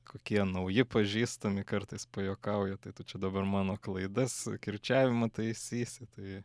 kokie nauji pažįstami kartais pajuokauja tai tu čia dabar mano klaidas kirčiavimą taisysi tai